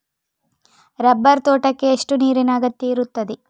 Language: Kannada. ರಬ್ಬರ್ ತೋಟಕ್ಕೆ ಎಷ್ಟು ನೀರಿನ ಅಗತ್ಯ ಇರುತ್ತದೆ?